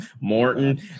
Morton